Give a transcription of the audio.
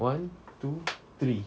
one two three